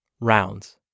rounds